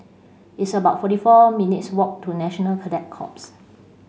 it's about forty four minutes' walk to National Cadet Corps